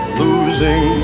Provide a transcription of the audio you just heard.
losing